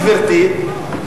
גברתי,